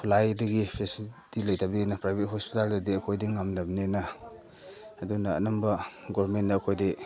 ꯈꯨꯠꯂꯥꯏꯗꯒꯤ facility ꯂꯩꯇꯕꯅꯤꯅ private ꯍꯣꯁꯄꯤꯇꯥꯜꯗꯗꯤ ꯑꯩꯈꯣꯏꯗꯤ ꯉꯝꯗꯕꯅꯤꯅ ꯑꯗꯨꯅ ꯑꯅꯝꯕ ꯒꯣꯔꯃꯦꯟꯗ ꯑꯩꯈꯣꯏꯗꯒꯤ